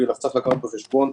צריך לקחת בחשבון,